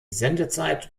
sendezeit